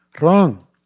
wrong